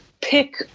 pick